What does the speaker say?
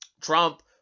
trump